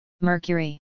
Mercury